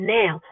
now